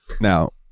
Now